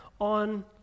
on